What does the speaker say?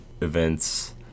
events